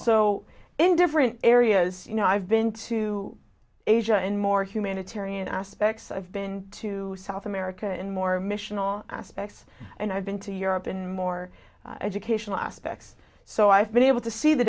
so in different areas you know i've been to asia and more humanitarian aspects i've been to south america in more missional aspects and i've been to europe in more educational aspects so i've been able to see the